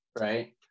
right